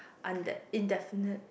und~ indefinite